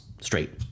straight